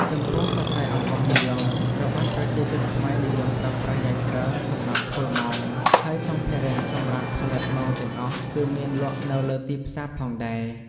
ចំពោះសរសៃអំបោះនីឡុង ត្រូវបានប្រជាជនខ្មែរនិយមប្រើប្រាស់យ៉ាងច្រើនសម្រាប់ធ្វើមង ហើយសម្ភារៈសម្រាប់ផលិតមងទាំងអស់ គឺមានលក់នៅលើទីផ្សារផងដែរ។